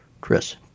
Chris